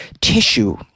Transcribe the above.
tissue